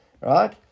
Right